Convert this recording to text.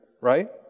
right